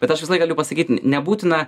bet aš galiu pasakyt ne nebūtina